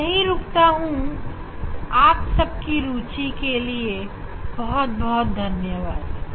मैं यही रुकता हूं आप सबकी रुचि के लिए धन्यवाद